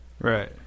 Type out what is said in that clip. right